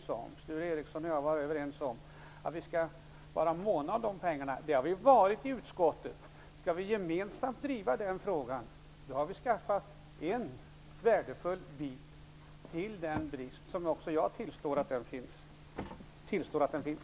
Kunde Sture Ericson och jag vara överens om att vi skall vara måna om de pengarna? Det har vi varit i utskottet. Om vi gemensamt kan driva den frågan, har vi givit ett värdefullt bidrag till undanröjandet av den brist som också jag tillstår finns.